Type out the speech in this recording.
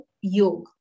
Yog